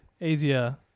easier